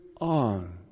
on